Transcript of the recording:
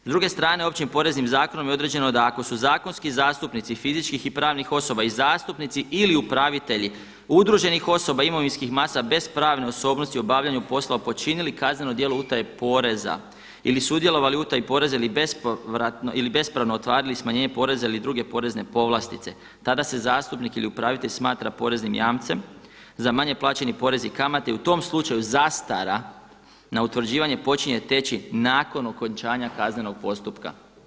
S druge strane Općim poreznim zakonom je određeno da ako su zakonski zastupnici fizičkih i pravnih osoba i zastupnici ili upravitelji udruženih osoba imovinskih masa bez pravne osobnosti u obavljanju poslova počinili kazneno djelo utaje poreza ili sudjelovali u utaji poreza ili bespravno otvarali smanjenje poreza ili druge porezne povlastice, tada se zastupnik ili upravitelj smatra poreznim jamcem za manje plaćeni porez i kamate i u tom slučaju zastara na utvrđivanje počinje teći nakon okončanja kaznenog postupka.